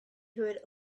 heard